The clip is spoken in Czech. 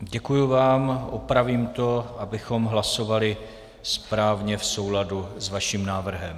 Děkuji vám, opravím to, abychom hlasovali správně v souladu s vaším návrhem.